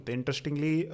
Interestingly